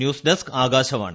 news desk Akashvani